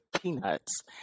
peanuts